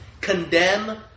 Condemn